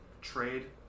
Trade